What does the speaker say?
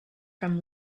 from